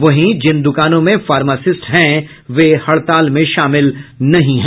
वहीं जिन दुकानों में फार्मासिस्ट हैं वे हड़ताल में शामिल नहीं हैं